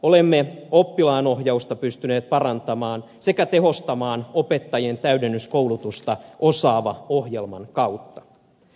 olemme oppilaanohjausta pystyneet parantamaan sekä tehostamaan opettajien täydennyskoulutusta osaava ohjelman kautta